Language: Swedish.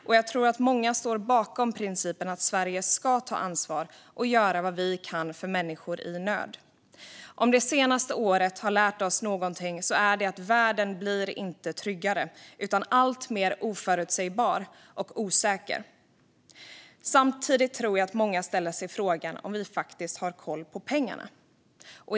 Och jag tror att många står bakom principen att Sverige ska ta ansvar och göra vad vi kan för människor i nöd. Om det senaste året har lärt oss någonting är det att världen inte blir tryggare utan alltmer oförutsägbar och osäker. Samtidigt tror jag att många ställer sig frågan om vi faktiskt har koll på pengarna.